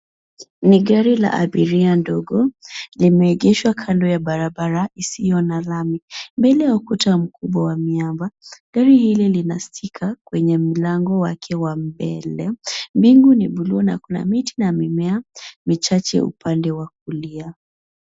Ni gari la abiria ndogo. Limeegeshwa kando ya barabara isiyo na lami mbele ya ukuta mkubwa wa miamba. Gari hili lina stika kwenye milango wake wa mbele. Mbingu ni buluu na kuna miti na mimea michache ya upande wa kulia.